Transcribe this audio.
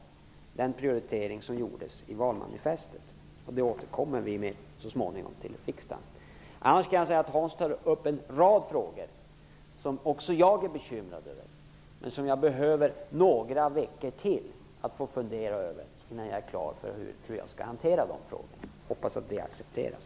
Den prioritering som gjordes i valmanifestet gäller också i dag. Om detta återkommer vi så småningom till riksdagen. Hans Andersson tar upp en rad frågor som också jag är bekymrad över. Men jag behöver några veckor till för att fundera över hur jag skall hantera frågorna. Jag hoppas att det accepteras.